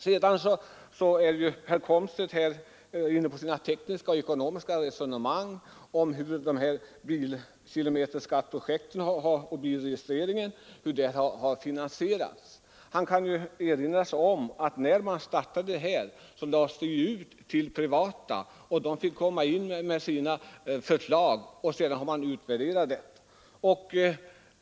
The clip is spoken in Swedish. Herr Komstedt förde ett tekniskt och ekonomiskt resonemang om hur kilometerräknarprojektet och registreringsskyltprojektet har finansierats. Jag vill då erinra om att privata företag fick komma in med anbud när denna verksamhet startade, och sedan utvärderades anbuden.